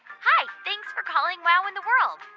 hi, thanks for calling wow in the world.